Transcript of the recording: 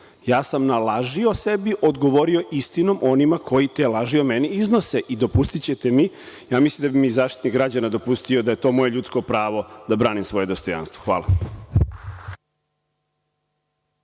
Ja sam na laži o sebi odgovorio istinom onima koji te laži o meni iznose. I dopustićete mi, ja mislim da bi mi Zaštitnik građana dopustio da je to moje ljudsko pravo da branim svoje dostojanstvo. Hvala.